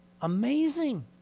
Amazing